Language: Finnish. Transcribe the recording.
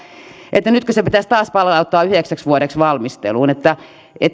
että nytkö se pitäisi taas palauttaa yhdeksäksi vuodeksi valmisteluun